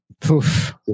Poof